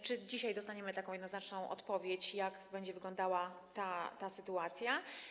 Czy dzisiaj dostaniemy jednoznaczną odpowiedź, jak będzie wyglądała ta sytuacja?